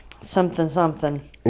something-something